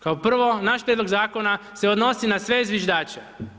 Kao prvo, naš prijedlog zakona se odnosi na sve zviždače.